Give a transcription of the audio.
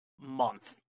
month